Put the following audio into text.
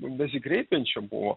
besikreipiančių buvo